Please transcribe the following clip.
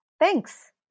Thanks